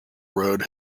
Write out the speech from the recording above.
road